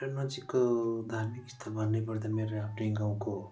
मेरो नजिकको धार्मिक स्थल भन्नैपर्दा मेरो आफ्नै गाउँको